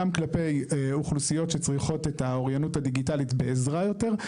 גם כלפי אוכלוסיות שצריכות את האוריינות הדיגיטלית בעזרה יותר,